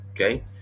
Okay